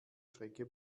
strecke